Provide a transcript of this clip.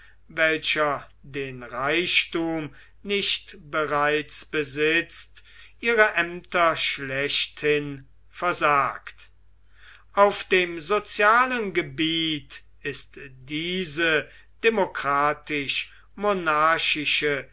welcher den reichtum nicht bereits besitzt ihre ämter schlechthin versagt auf dem sozialen gebiet ist diese